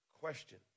Question